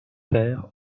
pères